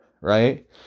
right